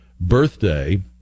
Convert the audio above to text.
birthday